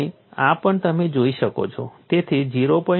અને આ પણ તમે જોઈ શકો છો